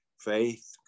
faith